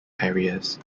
harriers